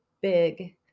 big